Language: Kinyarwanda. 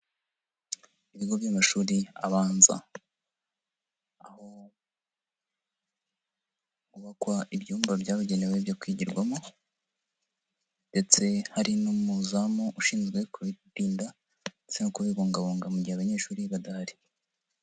Ibigo by'amashuri abanza, aho hukwa ibyumba byabugenewe byo kwigirwamo ndetse hari n'umuzamu ushinzwe kubirinda ndetse no kubibungabunga mu gihe abanyeshuri badahari.